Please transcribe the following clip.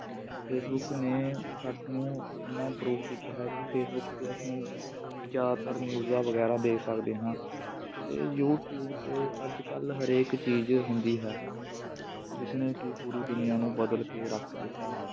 ਵੀ Facebook ਨੇ ਸਾਨੂੰ ਐਨਾ ਇੰਪਰੂਵ ਕੀਤਾ ਹੈ ਕਿ ਫੇਸਬੁੱਕ 'ਤੇ ਅਸੀਂ ਜ਼ਿਆਦਾਤਰ ਨਿਊਜ਼ਾਂ ਵਗੈਰਾ ਦੇਖ ਸਕਦੇ ਹਾਂ ਅਤੇ ਯੂਟਿਊਬ 'ਤੇ ਅੱਜ ਕੱਲ੍ਹ ਹਰੇਕ ਚੀਜ਼ ਹੁੰਦੀ ਹੈ ਜਿਸ ਨੇ ਕਿ ਪੂਰੀ ਦੁਨੀਆ ਨੂੰ ਬਦਲ ਕੇ ਰੱਖ ਦਿੱਤਾ ਹੈ